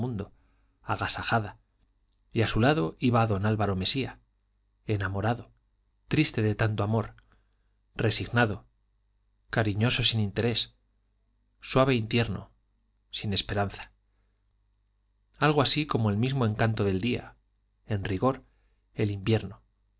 agasajada y a su lado iba don álvaro mesía enamorado triste de tanto amor resignado cariñoso sin interés suave y tierno sin esperanza algo así como el mismo encanto del día en rigor el invierno